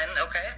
okay